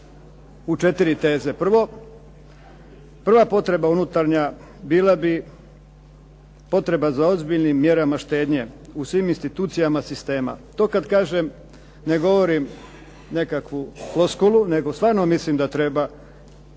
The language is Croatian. u 4 teze. Prvo, prva potreba unutarnja bila bi potreba za ozbiljnim mjerama štednje u svim institucijama sistema. To kada kažem ne govorim nekakvu floskulu, nego stvarno mislim da treba